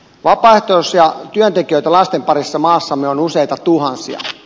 vapaaehtoisia työntekijöitä lasten parissa maassamme on useita tuhansia